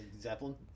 Zeppelin